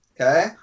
okay